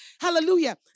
Hallelujah